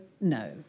no